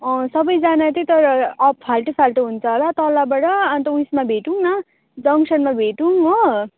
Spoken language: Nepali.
अँ सबैजना त्यही तर फाल्टो फाल्टो हुन्छ होला तलबाट अन्त उइसमा भेटौँ न जङ्सनमा भेटौँ हो